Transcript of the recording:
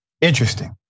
Interesting